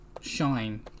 Shine